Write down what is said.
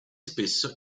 spesso